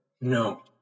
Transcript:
No